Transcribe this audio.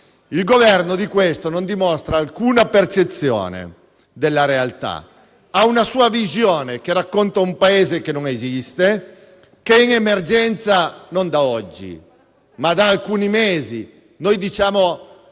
Il Governo non dimostra alcuna percezione della realtà; ha una sua visione, che racconta un Paese che non esiste, che è in emergenza non da oggi, ma da alcuni mesi